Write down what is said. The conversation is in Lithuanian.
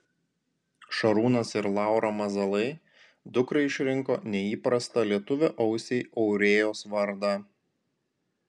šarūnas ir laura mazalai dukrai išrinko neįprastą lietuvio ausiai aurėjos vardą